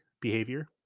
behavior